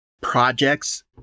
projects